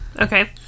Okay